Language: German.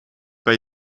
bei